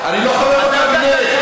אתה חבר בקבינט?